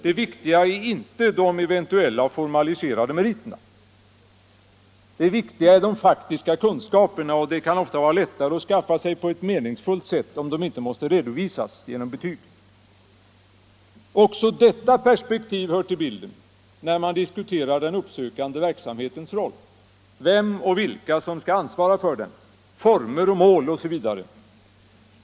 Det viktiga är därvid inte de eventuella formaliserade meriterna, utan det viktiga är de faktiska kunskaperna, och det kan ofta vara lättare för arbetarna att skaffa sig dem på ett meningsfullt sätt, om kunskaperna inte måste redovisas genom betyg. Också detta perspektiv hör till bilden när man diskuterar den uppsökande verksamhetens roll, vem eller vilka som skall ansvara för den, dess former, mål osv.